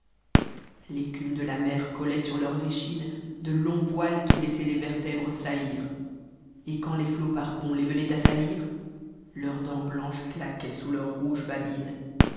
jl'écume de la mer cohait sur leurs écmnes de longs poils qui laissaient les vertèbres saillir et quand les flots par bonds les venaient assaillir leurs dents blanches claquaient sous leurs rouges babine